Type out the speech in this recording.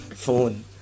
phone